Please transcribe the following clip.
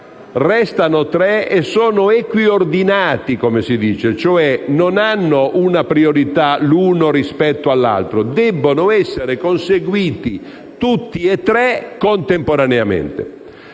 restano tre e sono equiordinati, nel senso che non hanno una priorità l'uno rispetto all'altro, ma debbono essere conseguiti tutti e tre contemporaneamente.